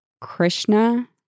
Krishna